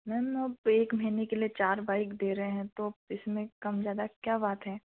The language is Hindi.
मैम अब एक महीने के लिए चार बाइक दे रहे हैं तो इसमें कम ज़्यादा क्या बात है